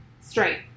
straight